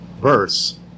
verse